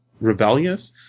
rebellious